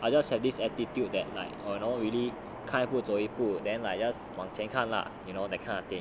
I just have this attitude that night or you know really 看一步走一步 then I just 往前看 lah you know that kind of thing